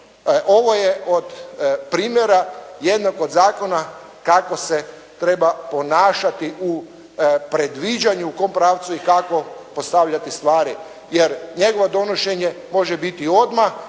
Ovo je od primjera jednog od zakona kako se treba ponašati u predviđanju u kom pravcu i kako postavljati stvari, jer njegovo donošenje može biti odmah